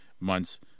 months